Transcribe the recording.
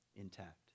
intact